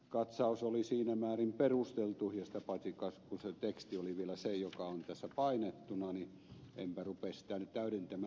katsaus oli siinä määrin perusteltu ja sitä paitsi kas kun se teksti oli vielä se joka on tässä painettuna niin enpä rupea sitä nyt täydentämään